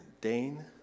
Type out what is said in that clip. Dane